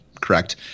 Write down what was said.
correct